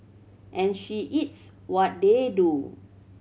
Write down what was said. and she eats what they do